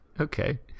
okay